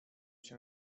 się